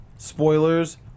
spoilers